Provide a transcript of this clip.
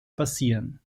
basieren